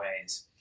ways